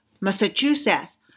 Massachusetts